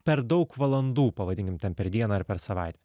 per daug valandų pavadinkim ten per dieną ar per savaitę